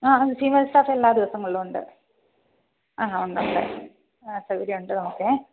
ആ senior staff എല്ലാ ദിവസങ്ങളും ഉണ്ട് ഉണ്ട് ആ സൗകര്യം ഉണ്ട് നമുക്ക്